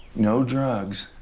no drugs,